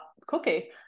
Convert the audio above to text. cookie